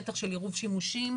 שטח של עירוב שימושים?